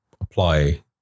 apply